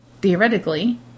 theoretically